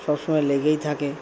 সবসময় লেগেই থাকে